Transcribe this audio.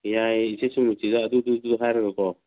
ꯌꯥꯏ ꯏꯆꯦ ꯁꯨꯃꯇꯤꯗ ꯑꯗꯨ ꯗꯨ ꯗꯨ ꯍꯥꯏꯔꯒꯀꯣ